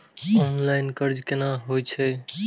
Online कर्ज केना होई छै?